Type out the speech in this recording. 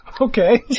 Okay